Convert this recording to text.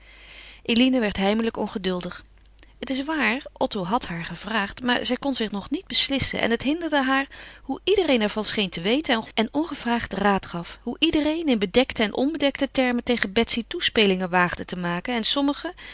eline werd heimelijk ongeduldig het is waar otto had haar gevraagd maar zij kon zich nog niet beslissen en het hinderde haar hoe iedereeen er van scheen te weten en ongevraagd raad gaf hoe iedereen in bedekte en onbedekte termen tegen betsy toespelingen waagde te maken en sommigen